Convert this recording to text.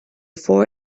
four